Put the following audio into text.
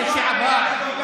לך, לך, לך.